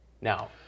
Now